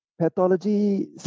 pathology